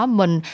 mình